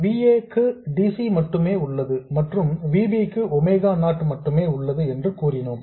V a க்கு dc மட்டுமே உள்ளது மற்றும் V b க்கு ஒமேகா நாட் மட்டுமே உள்ளது என்று கூறினோம்